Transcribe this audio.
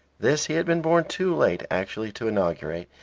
this he had been born too late actually to inaugurate,